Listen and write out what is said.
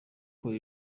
uko